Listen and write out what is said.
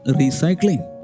recycling